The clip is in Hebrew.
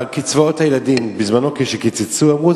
אתה יכול להוסיף לסיום: "ושלא תגידו שלא אמרתי